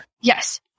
Yes